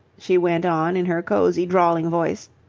she went on in her cosy, drawling voice.